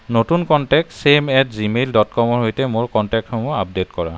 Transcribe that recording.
নতুন কণ্টেক ছেম at Gmail dot কমৰ সৈতে মোৰ কন্টেকসমূহ আপডেট কৰা